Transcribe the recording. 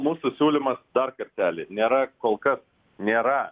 mūsų siūlymas dar kartelį nėra kol kas nėra